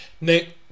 Nick